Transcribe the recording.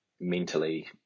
mentally –